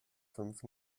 fünf